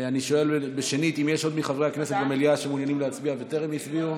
רואה שניר ברקת פה, ואנחנו נעלה אליו,